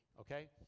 okay